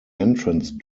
entrance